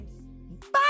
Bye